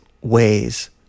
ways